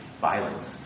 violence